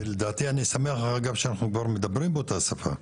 ולדעתי אני שמח שאנחנו מדברים באותה שפה.